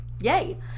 Yay